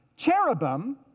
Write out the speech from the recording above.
cherubim